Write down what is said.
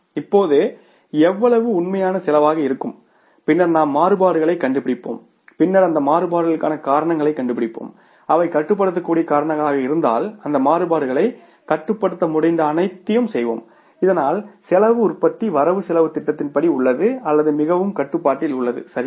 இப்போது எவ்வளவு உண்மையான செலவாக இருக்கும் பின்னர் நாம் மாறுபாடுகளைக் கண்டுபிடிப்போம் பின்னர் அந்த மாறுபாடுகளுக்கான காரணங்களைக் கண்டுபிடிப்போம் அவை கட்டுப்படுத்தக்கூடிய காரணங்களாக இருந்தால் அந்த மாறுபாடுகளைக் கட்டுப்படுத்த முடிந்த அனைத்தையும் செய்வோம் இதனால் செலவு உற்பத்தி வரவுசெலவுத் திட்டத்தின் படி உள்ளது அல்லது மிகவும் கட்டுப்பாட்டில் உள்ளது சரியா